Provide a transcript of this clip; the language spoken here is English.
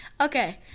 Okay